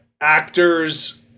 actors